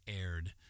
aired